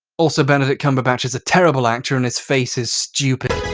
also, benedict cumberbatch is a terrible actor and his face is stupid.